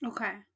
Okay